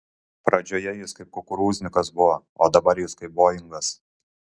pradžioje jis kaip kukurūznikas buvo o dabar jis kaip boingas